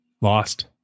lost